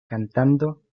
cantando